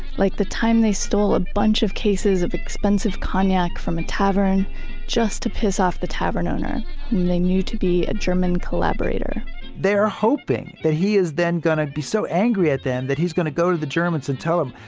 like the time they stole a bunch of cases of expensive cognac from a tavern just to piss off the tavern owner whom they knew to be a german collaborator they are hoping that he is then going to be so angry at them that he's going to go to the germans and tell him,